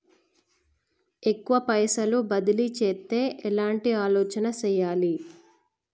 ఎక్కువ పైసలు బదిలీ చేత్తే ఎట్లాంటి ఆలోచన సేయాలి?